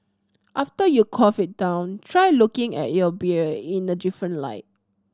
after you quaff it down try looking at your beer in a different light